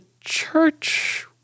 church